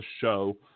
show